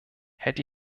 hätte